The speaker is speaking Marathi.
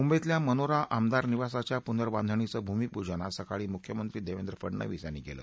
मुंबईतल्या मनोरा आमदार निवासाच्या पुनर्बांधणीचं भूमीपूजन आज सकाळी मुख्यमंत्री देवेंद्र फडनवीस यांनी केलं